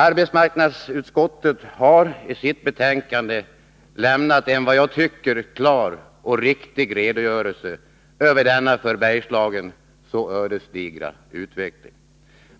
Arbetsmarknadsutskottet har i sitt betänkande lämnat en som jag tycker klar och riktig redogörelse för denna för Bergslagen så ödesdigra utveckling,